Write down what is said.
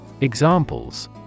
Examples